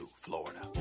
Florida